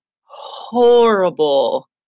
horrible